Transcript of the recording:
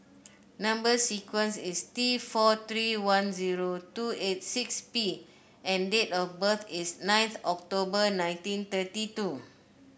number sequence is T four three one zero two eight six P and date of birth is ninth October nineteen thirty two